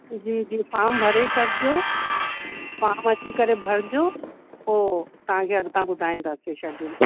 जी जी फ़ार्म भरे छॾिजो फ़ार्म अची करे भरिजो पोइ तव्हांखे अॻितां ॿुधाईंदासीं शड्यूल